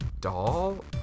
doll